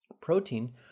Protein